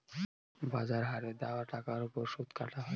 বাজার হারে দেওয়া টাকার ওপর সুদ কাটা হয়